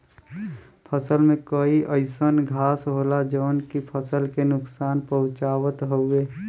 फसल में कई अइसन घास होला जौन की फसल के नुकसान पहुँचावत हउवे